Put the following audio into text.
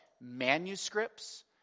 manuscripts